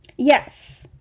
Yes